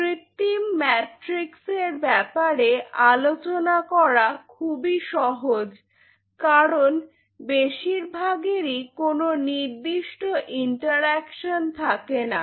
কৃত্রিম ম্যাট্রিক্স এর ব্যাপারে আলোচনা করা খুবই সহজ কারণ বেশির ভাগেরই কোন নির্দিষ্ট ইন্টারেকশন থাকেনা